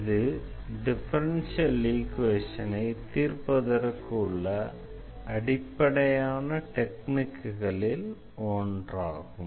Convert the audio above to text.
இது டிஃபரன்ஷியல் ஈக்வேஷனை தீர்ப்பதற்கு உள்ள அடிப்படையான டெக்னிக்குகளில் ஒன்றாகும்